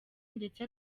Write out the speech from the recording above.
ndetse